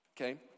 okay